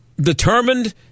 determined